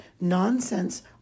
nonsense